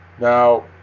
Now